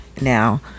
Now